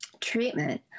treatment